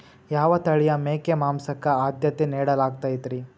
ಯಾವ ತಳಿಯ ಮೇಕೆ ಮಾಂಸಕ್ಕ, ಆದ್ಯತೆ ನೇಡಲಾಗತೈತ್ರಿ?